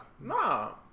No